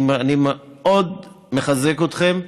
אני מאוד מחזק אתכם,